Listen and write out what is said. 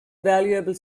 valuable